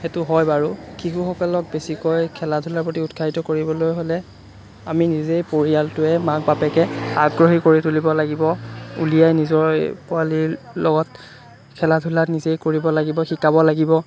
সেইটো হয় বাৰু শিশুসকলক বেছিকৈ খেলা ধূলাৰ প্ৰতি উৎসাহিত কৰিবলৈ হ'লে আমি নিজেই পৰিয়ালটোৱে মাক বাপেকে আগ্ৰহী কৰি তুলিব লাগিব উলিয়াই নিজৰ পোৱালীৰ লগত খেলা ধূলাত নিজেই কৰিব লাগিব শিকাব লাগিব